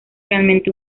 realmente